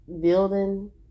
building